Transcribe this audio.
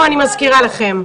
בבקשה.